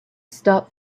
stop